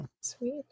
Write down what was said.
Sweet